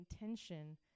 intention